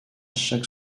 chaque